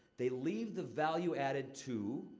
they leave the value added to.